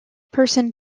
person